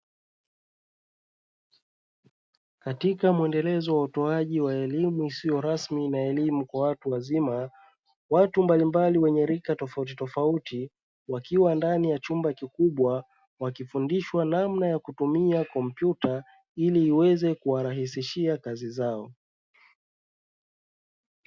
Katika muendelezo wa elimu isiyo rasmi na elimu ya watu wazima, watu mbalimbali wenye rika tofautitofauti wakiwa ndani ya chumba kikubwa wakifundishwa namna ya kutumia kompyuta, ili iweze kuwarahisishia kazi zao.